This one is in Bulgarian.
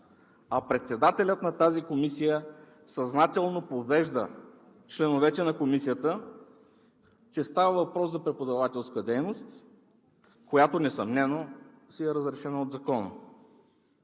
а председателят на тази комисия съзнателно подвежда членовете на Комисията, че става въпрос за преподавателска дейност, която несъмнено е разрешена от закона.